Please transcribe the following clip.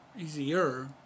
easier